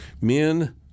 Men